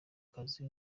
kazi